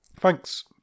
Thanks